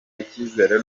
icyizere